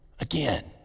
again